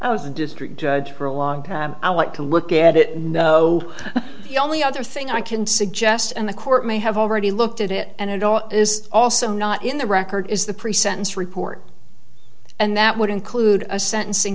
i was a district judge for a long time i like to look at it know the only other thing i can suggest and the court may have already looked at it and it is also not in the record is the pre sentence report and that would include a sentencing